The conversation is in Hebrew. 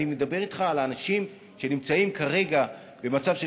אני מדבר אתך על אנשים שנמצאים כרגע במצב של